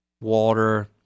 water